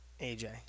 AJ